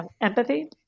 empathy